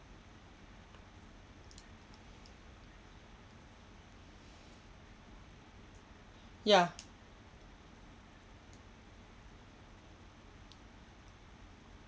ya